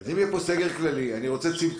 אז אם יהיה פה סגר כללי, אני רוצה צמצום.